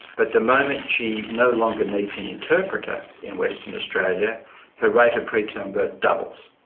but the moment she no longer needs an interpreter in western australia her rate of preterm birth doubles.